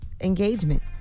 engagement